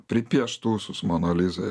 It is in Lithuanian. pripiešt ūsus mana lizai